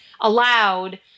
allowed